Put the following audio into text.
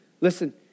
Listen